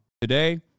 Today